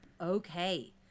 okay